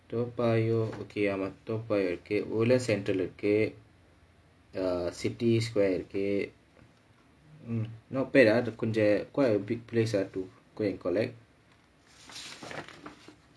toa payoh okay ஆமா:aamaa toa payoh இருக்கு:irukku woodlands central இருக்கு:irukku err city square இருக்கு:irukku hmm not bad ah கொஞ்சோ:koncho quite a big place ah to go and collect